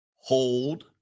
hold